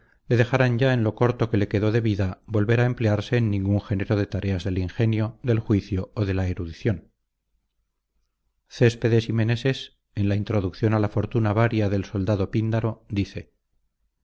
le dejaran ya en lo corto que le quedó de vida volver a emplearse en ningun género de tareas del ingenio del juicio o de la erudición céspedes y meneses en la introducción a la fortuna varia del soldado píndaro dice